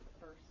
first